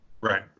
Right